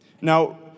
Now